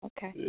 Okay